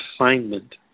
assignment